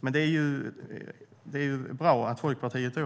Men det är bra att Folkpartiets